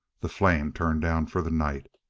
the flame turned down for the night.